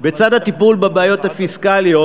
בצד הטיפול בבעיות הפיסקליות,